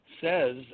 says